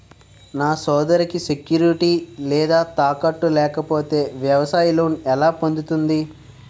నా సోదరికి సెక్యూరిటీ లేదా తాకట్టు లేకపోతే వ్యవసాయ లోన్ ఎలా పొందుతుంది?